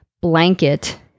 blanket